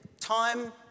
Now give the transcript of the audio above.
Time